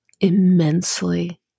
immensely